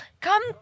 come